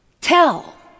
Tell